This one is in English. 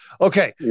Okay